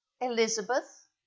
Elizabeth